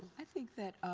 i think that,